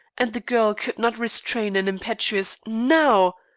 and the girl could not restrain an impetuous now!